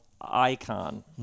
Icon